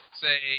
say